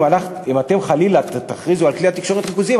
אם אתם חלילה תכריזו על כלי התקשורת ריכוזיים,